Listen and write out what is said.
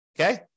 okay